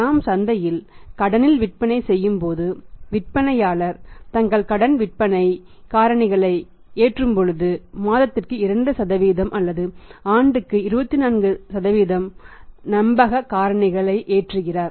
நாம் சந்தையில் கடனில் விற்பனை செய்யும்போது விற்பனையாளர் தங்கள் கடன் விற்பனை காரணிகளை ஏற்றும்போது மாதத்திற்கு 2 அல்லது ஆண்டுக்கு 24 நம்பக காரணிகள் ஏற்றுகிறார்